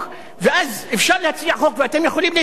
ואז אפשר להציע חוק, ואתם יכולים להתנגד לו.